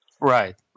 Right